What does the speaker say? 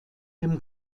dem